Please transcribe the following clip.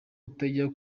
utajya